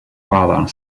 father